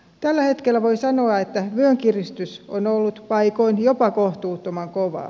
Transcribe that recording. tällä hetkellä voi sanoa että vyönkiristys on ollut paikoin jopa kohtuuttoman kovaa